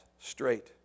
straight